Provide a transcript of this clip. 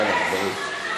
נו, יאללה, זריז.